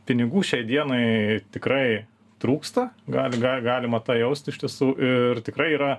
pinigų šiai dienai tikrai trūksta gal ga galima tą jausti iš tiesų ir tikrai yra